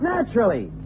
Naturally